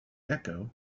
echo